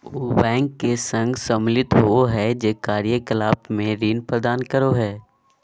bank के संघ सम्मिलित होबो हइ जे कार्य कलाप में ऋण प्रदान करो हइ